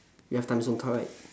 you have timezone card right